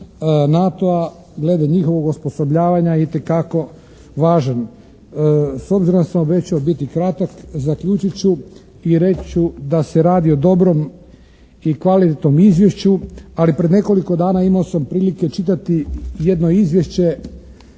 NATO-a, glede njihovog osposobljavanja je itekako važan. S obzirom da sam obećao biti kratak zaključit ću i reći ću da se radi o dobrom i kvalitetnom izvješću. Ali pred nekoliko dana imao sam prilike čitati jedno izvješće